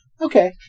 okay